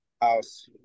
house